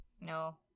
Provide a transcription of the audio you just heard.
No